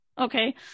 Okay